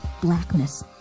blackness